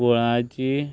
गुळाची